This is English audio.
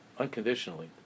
unconditionally